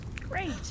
Great